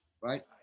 right